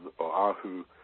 Oahu